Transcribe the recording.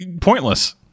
Pointless